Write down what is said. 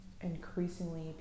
increasingly